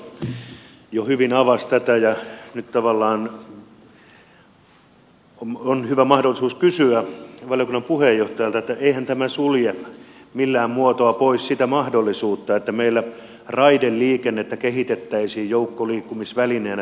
edustaja autto jo hyvin avasi tätä ja nyt tavallaan on hyvä mahdollisuus kysyä valiokunnan puheenjohtajalta että eihän tämä sulje millään muotoa pois sitä mahdollisuutta että meillä raideliikennettä kehitettäisiin joukkoliikkumisvälineenä tehokkaammin